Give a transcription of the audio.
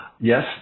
yes